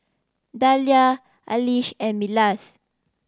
Dalia and Milas